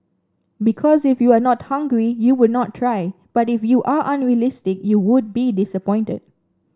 because if you are not hungry you would not try but if you are unrealistic you would be disappointed